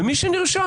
ומי שנרשם,